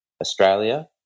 Australia